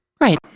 Right